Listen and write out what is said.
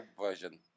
version